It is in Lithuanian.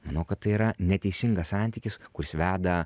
manau kad tai yra neteisingas santykis kuris veda